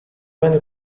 many